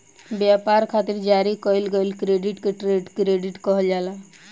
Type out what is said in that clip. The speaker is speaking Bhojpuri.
ब्यपार खातिर जारी कईल गईल क्रेडिट के ट्रेड क्रेडिट कहल जाला